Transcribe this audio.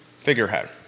figurehead